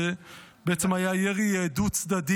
זה בעצם היה ירי דו-צדדי,